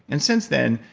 and since then,